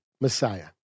Messiah